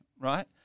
right